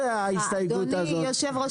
הכי חשוב זה שאנחנו עובדים ביחד.